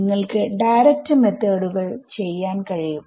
നിങ്ങൾക്ക് ഡയറക്റ്റ് മെത്തോഡുകൾ ചെയ്യാൻ കഴിയും